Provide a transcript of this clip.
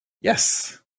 Yes